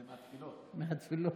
מהתפילות.